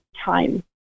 time